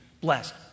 Blessed